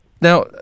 Now